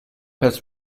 has